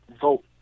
vote